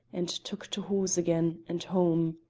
and took to horse again, and home.